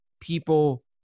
people